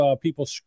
people